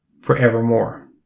forevermore